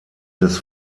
des